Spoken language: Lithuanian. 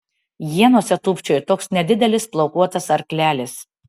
ienose tūpčiojo toks nedidelis plaukuotas arklelis